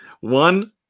One